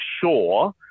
sure